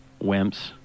Wimps